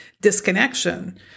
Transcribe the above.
disconnection